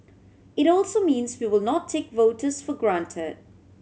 it also means we will not take voters for granted